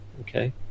Okay